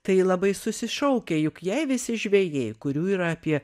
tai labai susišaukia juk jei visi žvejai kurių yra apie